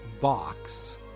box